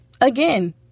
again